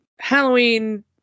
Halloween